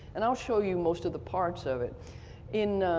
and i'll show you most of the parts of it it.